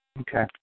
Okay